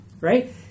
Right